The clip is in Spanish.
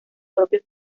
propios